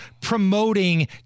promoting